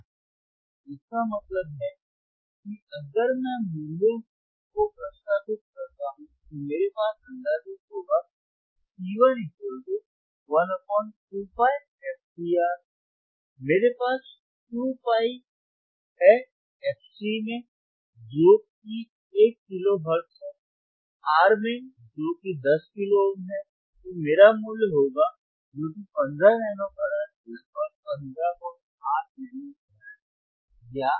F1 2πRC इसका मतलब है कि अगर मैं मूल्यों को प्रतिस्थापित करता हूं तो मेरे पास संधारित्र होगा C112πfcR मेरे पास 2 pi है fc में जो कि 1 किलो हर्ट्ज है R में जो कि 10 किलो ओम है तो मेरा मूल्य होगा जो कि 15 नैनो फराड लगभग 158 नैनो फैड या 15 नैनो फराड है